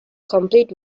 complete